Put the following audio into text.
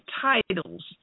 titles